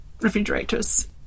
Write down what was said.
refrigerators